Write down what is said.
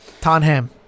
Tonham